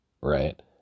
right